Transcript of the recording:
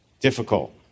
Difficult